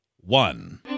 one